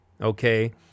okay